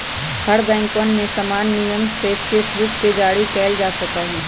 हर बैंकवन में समान नियम से चेक बुक के जारी कइल जा सका हई